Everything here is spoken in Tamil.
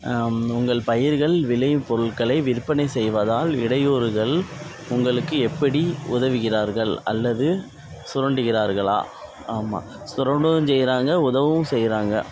உங்கள் பயிர்கள் விளையும் பொருட்களை விற்பனை செய்வதால் இடையூறுகள் உங்களுக்கு எப்படி உதவுகிறார்கள் அல்லது சுரண்டுகிறார்களா ஆமாம் சுரண்டவும் செய்கிறாங்க உதவவும் செய்கிறாங்க